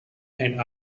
and